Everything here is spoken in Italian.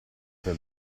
per